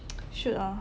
should ah